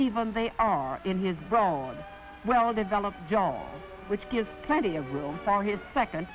even they are in his burrow well developed job which gives plenty of room for his second